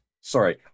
sorry